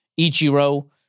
Ichiro